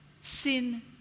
sin